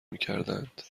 میکردند